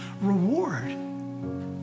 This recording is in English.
reward